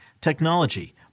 technology